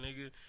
nigga